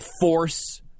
force